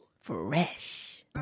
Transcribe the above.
Fresh